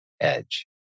edge